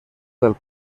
del